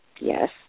Yes